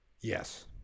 Yes